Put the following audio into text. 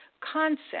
concept